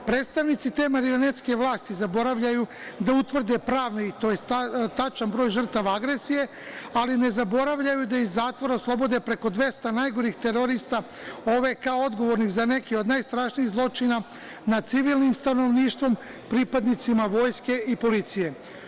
Predstavnici te marionetske vlasti zaboravljaju da utvrde pravne i tačan broj žrtva agresije, ali ne zaboravljaju da iz zatvora oslobode preko 200 najgorih terorista OVK odgovorih za neke od najstrašnijih zločina nad civilnim stanovništvom, pripadnicima vojske i policije.